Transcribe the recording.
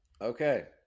Okay